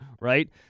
right